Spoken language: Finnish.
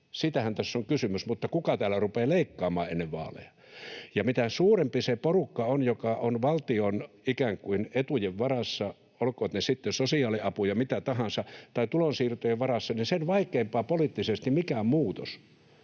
Siitähän tässä on kysymys, mutta kuka täällä rupeaa leikkaamaan ennen vaaleja? Mitä suurempi se porukka on, joka on valtion ikään kuin etujen tai tulonsiirtojen varassa, olkoot ne sitten sosiaaliapuja tai mitä tahansa, niin sen vaikeampaa poliittisesti mikään muutos